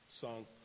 song